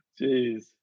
Jeez